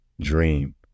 dream